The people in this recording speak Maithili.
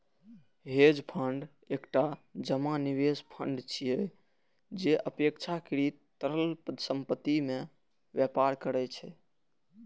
हेज फंड एकटा जमा निवेश फंड छियै, जे अपेक्षाकृत तरल संपत्ति मे व्यापार करै छै